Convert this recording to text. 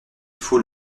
faut